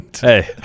Hey